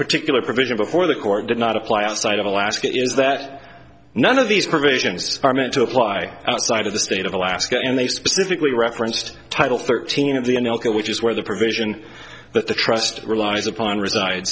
particular provision before the court did not apply outside of alaska is that none of these provisions are meant to apply outside of the state of alaska and they specifically referenced title thirteen of the in elko which is where the provision that the trust relies upon reside